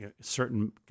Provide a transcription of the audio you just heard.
certain